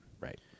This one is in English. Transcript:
Right